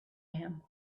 him